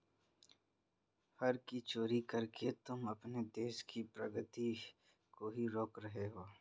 कर की चोरी करके तुम अपने देश की प्रगती को ही रोक रहे हो